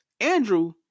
Andrew